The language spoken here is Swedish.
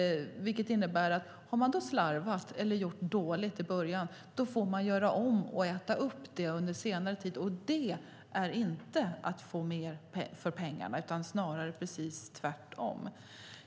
Det innebär att har man slarvat eller gjort dåligt i början får man göra om och äta upp det senare, och det är inte att få mer för pengarna utan snarare precis tvärtom.